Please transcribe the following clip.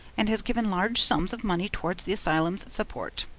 and has given large sums of money towards the asylum's support.